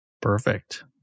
Perfect